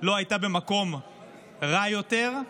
לא הייתה במקום רע יותר,